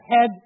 head